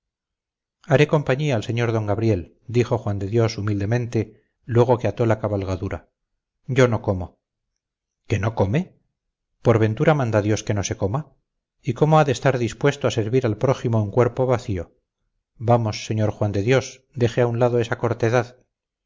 haré compañía al sr d gabriel dijo juan de dios humildemente luego que ató la cabalgadura yo no como qué no come por ventura manda dios que no se coma y cómo ha de estar dispuesto a servir al prójimo un cuerpo vacío vamos sr juan de dios deje a un lado esa cortedad